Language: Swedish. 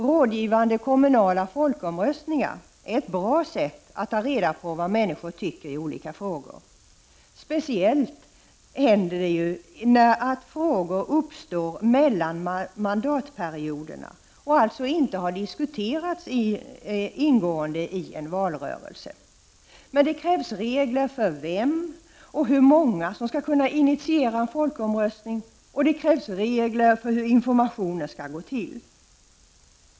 Rådgivande kommunala folkomröstningar är ett bra sätt att ta reda på vad människor tycker i olika frågor, speciellt när det gäller frågor som uppstår mellan mandatperioderna och alltså inte har diskuterats ingående i en valrörelse. Men det krävs regler för vem och hur många som skall kunna initiera en folkomröstning, och det krävs regler för hur informationen skall gå till.